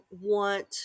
want